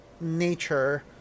nature